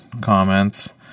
comments